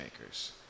makers